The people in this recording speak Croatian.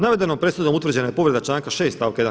Navedenom presudom utvrđena je povreda članka 6. stavka 1.